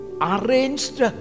arranged